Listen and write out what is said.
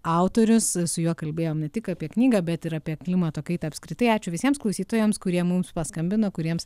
autorius su juo kalbėjom ne tik apie knygą bet ir apie klimato kaitą apskritai ačiū visiems klausytojams kurie mums paskambino kuriems